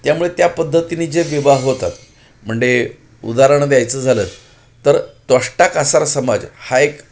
त्यामुळे त्या पद्धतीने जे विवाह होतात मंडे उदाहरण द्यायचं झालं तर त्वष्टा कासार समाज हा एक